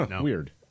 Weird